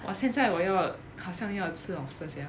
我现在我要好像要吃 lobster sia